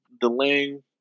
delaying